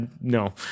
no